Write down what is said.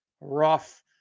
rough